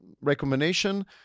recommendation